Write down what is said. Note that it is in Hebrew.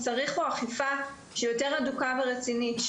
צריך פה אכיפה יותר הדוקה ורצינית.